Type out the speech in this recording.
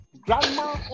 grandma